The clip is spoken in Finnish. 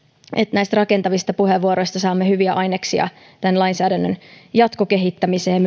näistä rakentavista puheenvuoroista saamme hyviä aineksia myöskin tämän lainsäädännön jatkokehittämiseen